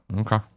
Okay